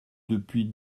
depuis